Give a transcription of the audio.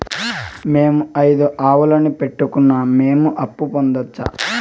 మేము ఐదు ఆవులని పెట్టుకున్నాం, మేము అప్పు పొందొచ్చా